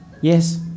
Yes